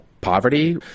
poverty